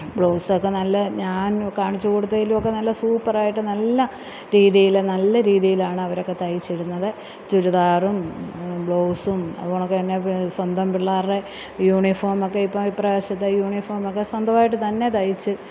ബ്ലൗസൊക്കെ നല്ല ഞാന് കാണിച്ച് കൊടുത്തതിലും ഒക്കെ നല്ല സൂപ്പറായിട്ട് നല്ല രീതിയില് നല്ല രീതിയിലാണ് അവരൊക്കെ തയിച്ച് ഇടുന്നത് ചുരിദാറും ബ്ലസും അതുപോലെ തന്നെ പി സ്വന്തം പിള്ളേരുടെ യൂണീഫോമൊക്കെ ഇപ്പം ഇപ്രാവശ്യത്തെ യൂണീഫോമൊക്കെ സ്വന്തമായിട്ട് തന്നെ തയിച്ച്